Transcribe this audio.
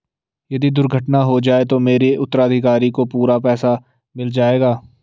यदि दुर्घटना हो जाये तो मेरे उत्तराधिकारी को पूरा पैसा मिल जाएगा?